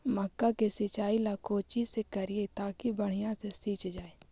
मक्का के सिंचाई ला कोची से करिए ताकी बढ़िया से सींच जाय?